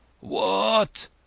What